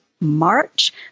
March